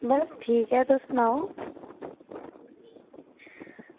बस ठीक ऐ तुस सनाओ